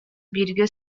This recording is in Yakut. бииргэ